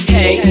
Hey